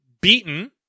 beaten